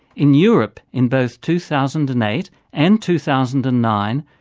in europe, in both two thousand and eight and two thousand and nine,